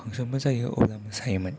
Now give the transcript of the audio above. function मोसायो अब्ला मोसायोमोन